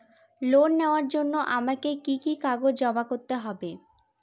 Loan নেওয়ার জন্য আমাকে কি কি কাগজ জমা করতে হবে?